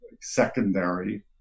secondary